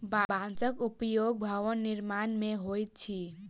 बांसक उपयोग भवन निर्माण मे होइत अछि